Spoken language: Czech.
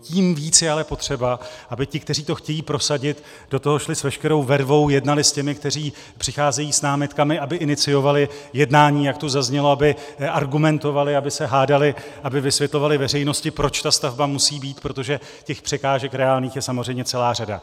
Tím víc je ale potřeba, aby ti, kteří to chtějí prosadit, do toho šli s veškerou vervou, jednali s těmi, kteří přicházejí s námitkami, aby iniciovali jednání, jak tu zaznělo, aby argumentovali, aby se hádali, aby vysvětlovali veřejnosti, proč ta stavba musí být, protože těch reálných překážek je samozřejmě celá řada.